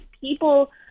people